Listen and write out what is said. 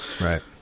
Right